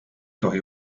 tohi